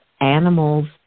animals